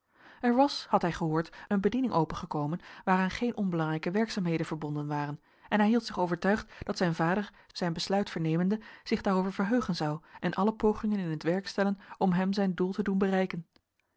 er was had hij gehoord een bediening opengekomen waaraan geen onbelangrijke werkzaamheden verbonden waren en hij hield zich overtuigd dat zijn vader zijn besluit vernemende zich daarover verheugen zou en alle pogingen in het werk stellen om hem zijn doel te doen bereiken